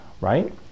right